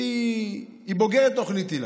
והיא בוגרת תוכנית היל"ה,